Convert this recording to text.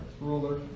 ruler